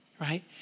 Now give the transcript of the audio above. right